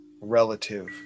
relative